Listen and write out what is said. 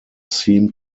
seem